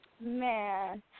Man